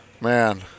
Man